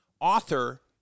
author